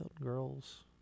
girls